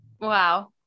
wow